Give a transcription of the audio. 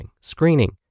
screening